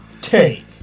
take